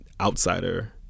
outsider